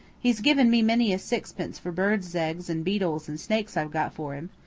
he's given me many a sixpence for birds' eggs and beetles and snakes i've got for him.